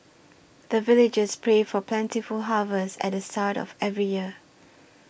the villagers pray for plentiful harvest at the start of every year